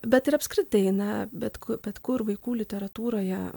bet ir apskritai na bet ku bet kur vaikų literatūroje